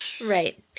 Right